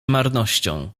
marnością